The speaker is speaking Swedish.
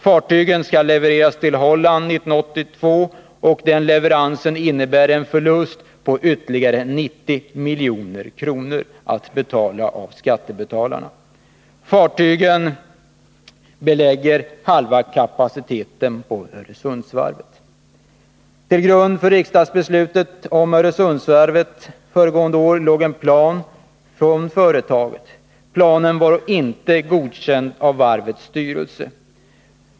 Fartygen skall levereras till Holland 1982, och den leveransen innebär en förlust på ytterligare 90 milj.kr., som skattebetalarna får betala. Fartygen belägger halva kapaciteten på Öresundsvarvet. Till grund för riksdagsbeslutet om Öresundsvarvet föregående år låg en plan som hade utarbetats inom företaget. Planen var dock inte godkänd av varvets styrelse.